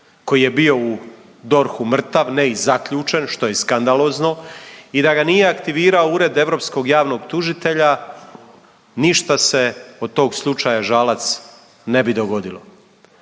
koji je bio u DORH-u mrtav, ne i zaključen, što je skandalozno i da ga nije aktivirao Ured europskog javnog tužitelja ništa se od tog slučaja Žalac ne bi dogodilo.